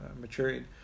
maturing